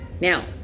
Now